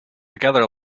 together